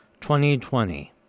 2020